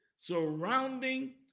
surrounding